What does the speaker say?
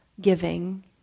giving